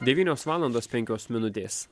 devynios valandos penkios minutės